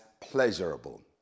pleasurable